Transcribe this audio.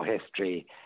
history